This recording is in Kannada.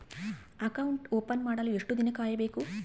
ಅಕೌಂಟ್ ಓಪನ್ ಮಾಡಲು ಎಷ್ಟು ದಿನ ಕಾಯಬೇಕು?